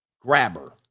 grabber